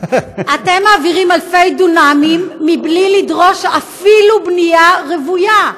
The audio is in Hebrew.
אתם מעבירים אלפי דונמים בלי לדרוש אפילו בנייה רוויה.